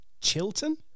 Chilton